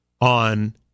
on